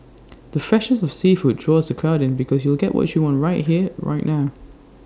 the freshness of the seafood draws the crowd in because you'll get what you want right here right now